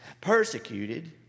persecuted